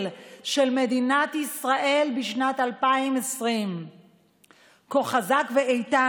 של מדינת ישראל בשנת 2020. "קיר הברזל"